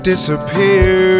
Disappear